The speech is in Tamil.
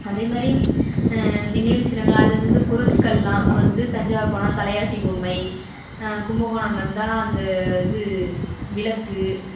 அதேமாதிரி நினைவுச்சின்னங்களாக அது வந்து பொருட்களெலாம் இப்போ வந்து தஞ்சாவூர் போனால் தலையாட்டி பொம்மை கும்பகோணம் வந்தால் அந்த இது விளக்கு